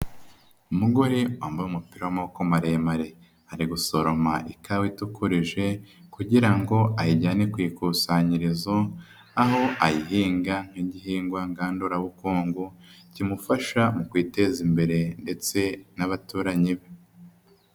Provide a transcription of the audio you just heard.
Umugore wambaye umupira w'amaboko maremare ari gusoroma ikawa itukoreje kugira ngo ayijyane ku ikusanyirizo aho ayihinga nk'igihingwa ngandurabukungu kimufasha mu kwiteza imbere ndetse n'abaturanyi be.